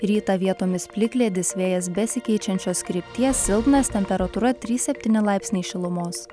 rytą vietomis plikledis vėjas besikeičiančios krypties silpnas temperatūra trys septyni laipsniai šilumos